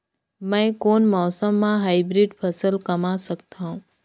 मै कोन मौसम म हाईब्रिड फसल कमा सकथव?